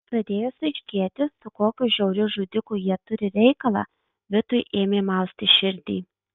pradėjus aiškėti su kokiu žiauriu žudiku jie turi reikalą vitui ėmė mausti širdį